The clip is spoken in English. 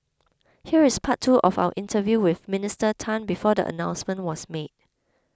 here is part two of our interview with Minister Tan before the announcement was made